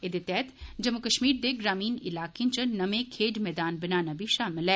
एहदे तैह्त जम्मू कश्मीर दे ग्रामीण इलाकें च नमें खेड्ड मैदान बनाना बी शामल ऐ